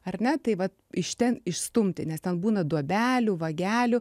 ar ne tai vat iš ten išstumti nes ten būna duobelių vagelių